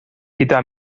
gyda